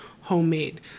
homemade